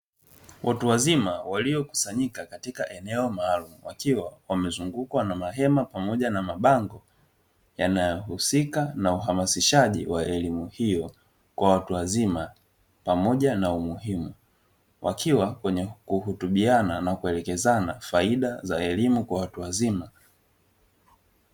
Watu wazima waliokusanyika katika eneo maalumu, wakiwa wamezungukwa na mahema pamoja na mabango; yanayohusika na uhamasishaji wa elimu hiyo kwa watu wazima pamoja na umuhimu. Wakiwa kwenye kuhutubiana na kuelekezana faida za elimu kwa watu wazima.